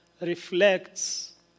reflects